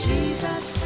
Jesus